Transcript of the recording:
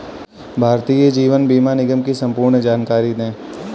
भारतीय जीवन बीमा निगम की संपूर्ण जानकारी दें?